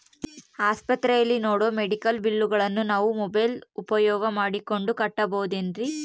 ಆಸ್ಪತ್ರೆಯಲ್ಲಿ ನೇಡೋ ಮೆಡಿಕಲ್ ಬಿಲ್ಲುಗಳನ್ನು ನಾವು ಮೋಬ್ಯೆಲ್ ಉಪಯೋಗ ಮಾಡಿಕೊಂಡು ಕಟ್ಟಬಹುದೇನ್ರಿ?